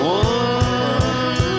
one